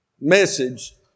message